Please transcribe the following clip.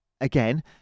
again